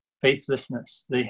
faithlessness